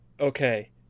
okay